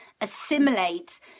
assimilate